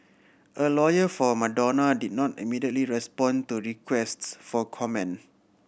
a lawyer for Madonna did not immediately respond to requests for comment